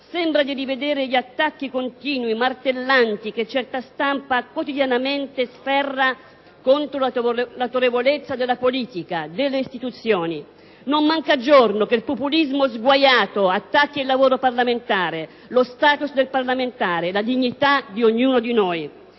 sembra di rivedere gli attacchi continui, martellanti, che certa stampa quotidianamente sferra contro l'autorevolezza della politica, delle istituzioni. Non manca giorno che il populismo sguaiato attacchi il lavoro parlamentare, il nostro *status*, la dignità di ognuno di noi.